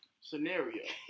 scenario